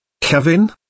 Kevin